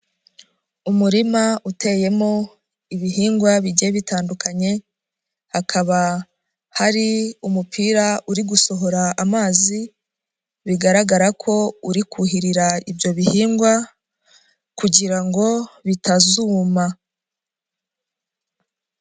Umurima uteyemo ibihingwa bigiye bitandukanye, hakaba hari umupira uri gusohora amazi, bigaragara ko uri kuhirira ibyo bihingwa kugira ngo bitazuma.